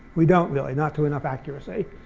we don't really, not to enough accuracy.